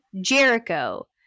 Jericho